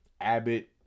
Abbott